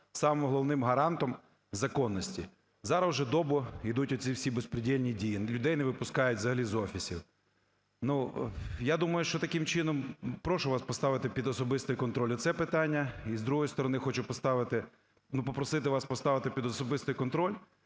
самим головним гарантом законності. Зараз уже добу йдуть оці всі бєзпрєдєльні дії, людей не випускають взагалі з офісів. Ну, я думаю, що таким чином… Прошу вас поставити під особистий контроль оце питання. І, з другої сторони, хочу поставити… ну, попросити вас поставити під особистий контроль